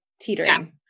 teetering